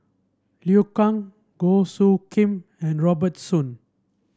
Liu Kang Goh Soo Khim and Robert Soon